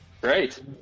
Great